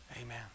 Amen